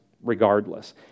regardless